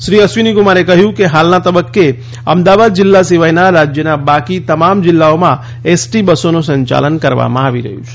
શ્રી અશ્વિનીકુમારે કહ્યું કે હાલના તબક્કે અમદાવાદ જિલ્લા સિવાય રાજ્યના બાકી તમામ જિલ્લાઓમાં એસટી બસોનું સંચાલન કરવામાં આવી રહ્યું છે